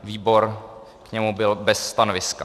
Výbor k němu byl bez stanoviska.